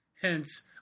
Hence